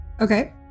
Okay